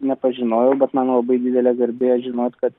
nepažinojau bet man labai didelė garbė žinoti kad